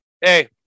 hey